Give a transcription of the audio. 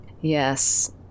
Yes